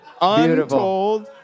untold